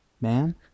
Man